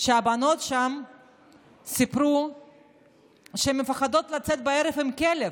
הבנות שם סיפרו שהן מפחדות לצאת בערב עם כלב,